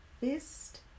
fist